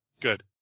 Good